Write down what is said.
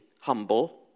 humble